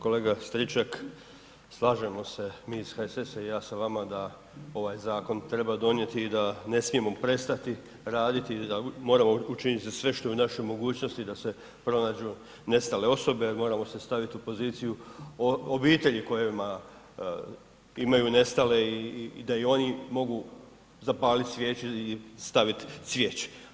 Kolega Stričak, slažemo se mi iz HSS-a i ja sa vama da ovaj zakon treba donijeti i da ne smijemo prestati raditi i da moramo učiniti sve što je u našoj mogućnosti da se pronađu nestale osobe, jer moramo se staviti u poziciju obitelji koje imaju nestale i da oni mogu zapaliti svijeću i staviti cvijeće.